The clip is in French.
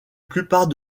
plupart